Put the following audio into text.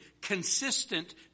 consistent